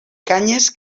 canyes